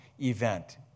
event